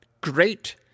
Great